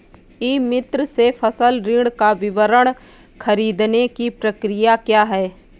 ई मित्र से फसल ऋण का विवरण ख़रीदने की प्रक्रिया क्या है?